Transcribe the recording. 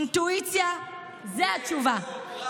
אינטואיציה, זו התשובה.